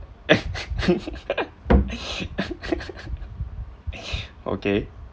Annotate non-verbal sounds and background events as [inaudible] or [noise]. [laughs] okay